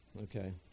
Okay